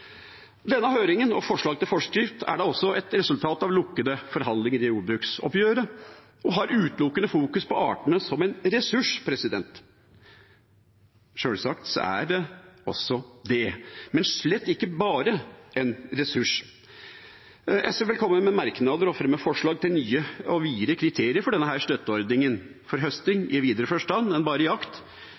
Denne høringen og forslag til forskrift er da også et resultat av lukkede forhandlinger i jordbruksoppgjøret og fokuserer utelukkende på artene som en ressurs. Sjølsagt er det også det, men slett ikke bare en ressurs. SV vil komme med merknader og fremme forslag til nye og videre kriterier for denne støtteordningen – for høsting i videre forstand enn bare jakt, for naturbasert reiseliv, viltturisme, fotosafari osv. – i